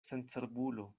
sencerbulo